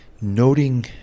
noting